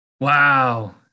Wow